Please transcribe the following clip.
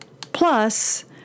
Plus